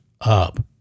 up